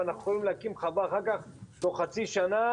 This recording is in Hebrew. ואחר כך אנחנו יכולים להקים חווה תוך חצי שנה